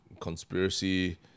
conspiracy